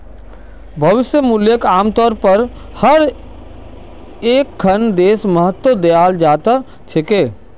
भविष्य मूल्यक आमतौरेर पर हर एकखन देशत महत्व दयाल जा त रह छेक